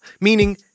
meaning